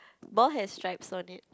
ball has stripes on it